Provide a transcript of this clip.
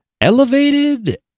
Elevated